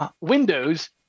windows